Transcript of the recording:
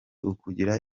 ukugira